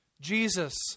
Jesus